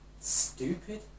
stupid